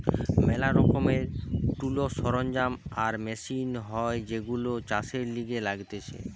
ম্যালা রকমের টুলস, সরঞ্জাম আর মেশিন হয় যেইগুলো চাষের লিগে লাগতিছে